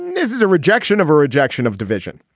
is is a rejection of a rejection of division.